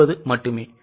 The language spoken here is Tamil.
9 மட்டுமே